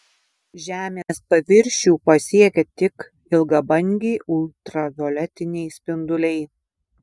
žemės paviršių pasiekia tik ilgabangiai ultravioletiniai spinduliai